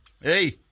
Hey